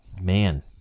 man